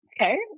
Okay